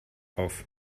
auf